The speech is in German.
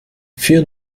vier